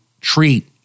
treat